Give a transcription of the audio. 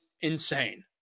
insane